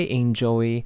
enjoy